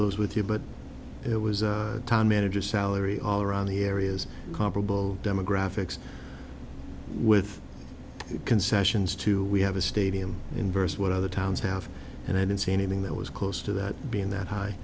was with you but it was a town manager salary all around the areas comparable demographics with concessions to we have a stadium inverse what other towns have and i don't see anything that was close to that being that high